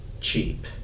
cheap